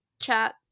chat